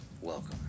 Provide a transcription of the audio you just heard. Welcome